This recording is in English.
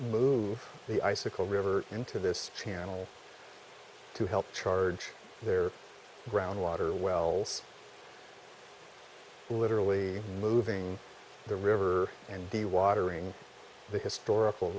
move the icicle river into this channel to help charge their ground water wells literally moving the river and be watering the historical